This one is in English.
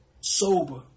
Sober